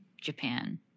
Japan